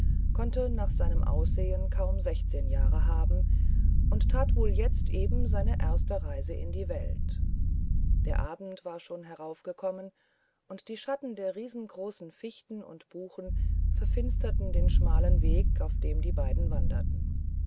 konnte nach seinem aussehen kaum sechzehn jahre haben und tat wohl jetzt eben seine erste reise in die welt der abend war schon heraufgekommen und die schatten der riesengroßen fichten und buchen verfinsterten den schmalen weg auf dem die beiden wanderten